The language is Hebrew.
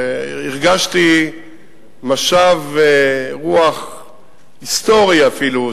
והרגשתי משב רוח היסטורי אפילו,